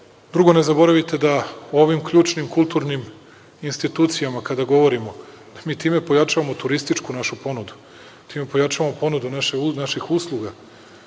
gradu. Drugo, ne zaboravite da o ovim ključnim kulturnim institucijama kada govorimo, mi time pojačavamo našu turističku ponudu, time pojačavamo ponudu naših usluga.